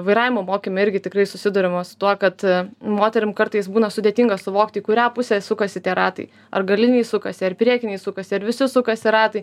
vairavimo mokyme irgi tikrai susiduriama su tuo kad moterim kartais būna sudėtinga suvokti kurią pusę sukasi tie ratai ar galiniai sukasi ar priekiniai sukasi ar visi sukasi ratai